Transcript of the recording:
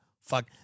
Fuck